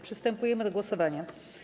Przystępujemy do głosowania.